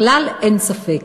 בכלל אין ספק.